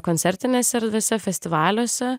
koncertinėse erdvėse festivaliuose